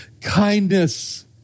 Kindness